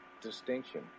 distinction